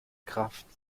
kraft